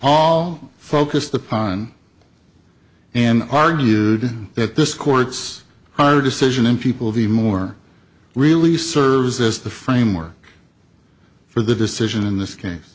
all focused upon and argued that this court's higher decision in people the more really serves as the framework for the decision in this case